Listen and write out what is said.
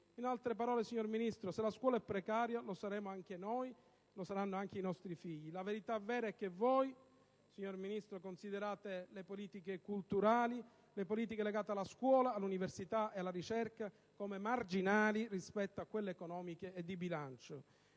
In altre parole, signora Ministro, se la scuola è precaria, lo saremo anche noi, lo saranno anche i nostri figli. La verità vera è che voi, signora Ministro, considerate le politiche culturali, le politiche legate alla scuola, all'università e alla ricerca come marginali rispetto a quelle economiche e di bilancio.